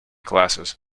classes